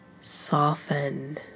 soften